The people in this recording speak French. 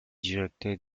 directeur